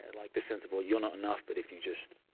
and like the sense of, well, you're not enough, but if you just,